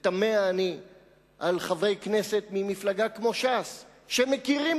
תמה אני על חברי כנסת ממפלגה כמו ש"ס שמכירים